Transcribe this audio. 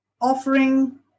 offering